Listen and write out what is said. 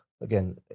Again